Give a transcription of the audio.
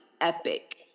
epic